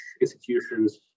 institutions